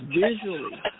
Visually